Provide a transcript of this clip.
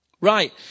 Right